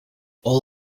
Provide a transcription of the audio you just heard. all